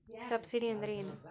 Subsidy ಅಂದ್ರೆ ಏನು?